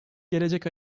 gelecek